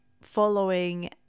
following